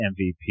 MVP